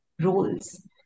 roles